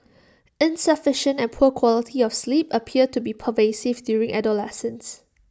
insufficient and poor quality of sleep appear to be pervasive during adolescence